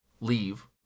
leave